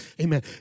Amen